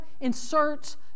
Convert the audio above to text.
inserts